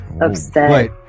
upset